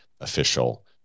official